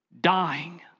dying